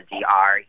DR